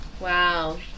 Wow